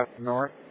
North